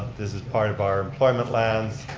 this is part of our employment lands.